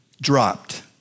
dropped